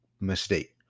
mistake